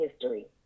history